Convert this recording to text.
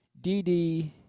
DD